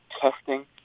testing